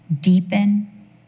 deepen